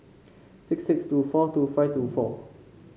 six six two four two five two four